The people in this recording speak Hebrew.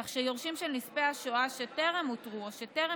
כך שיורשים של נספים בשואה שטרם אותרו או טרם